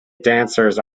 dancers